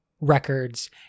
records